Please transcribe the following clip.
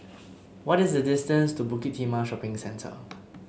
what is the distance to Bukit Timah Shopping Centre